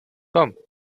komm